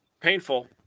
painful